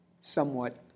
somewhat